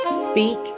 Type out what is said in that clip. speak